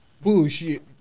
Bullshit